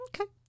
Okay